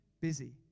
busy